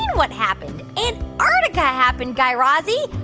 what happened? and ah antarctica happened, guy razzie.